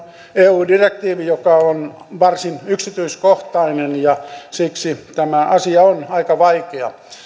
eu direktiivi joka on varsin yksityiskohtainen siksi tämä asia on aika vaikea kyllä väittäisin että